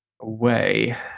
away